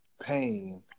pain